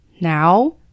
Now